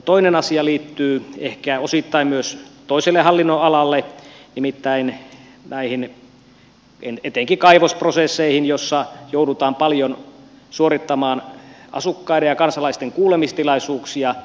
toinen asia liittyy ehkä osittain myös toiseen hallinnonalaan nimittäin etenkin näihin kaivosprosesseihin joissa joudutaan paljon suorittamaan asukkaiden ja kansalaisten kuulemistilaisuuksia